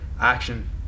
Action